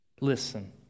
Listen